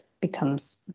becomes